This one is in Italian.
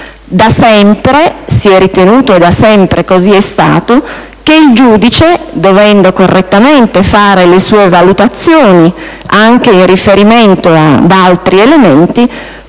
Da sempre si è ritenuto (e da sempre così è stato) che il giudice, dovendo correttamente fare le sue valutazioni anche in riferimento ad altri elementi,